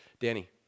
Danny